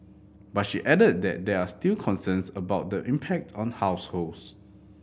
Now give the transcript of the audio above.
but she added that there are still concerns about the impact on households